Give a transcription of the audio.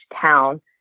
town